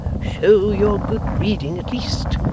show your good breeding, at least,